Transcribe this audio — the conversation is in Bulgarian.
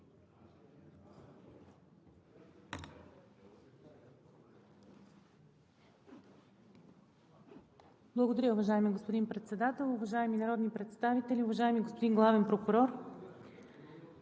Благодаря, уважаеми господин Председател. Уважаеми народни представители, уважаеми господин Главен прокурор!